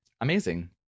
Amazing